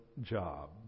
job